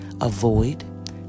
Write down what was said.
avoid